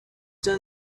turn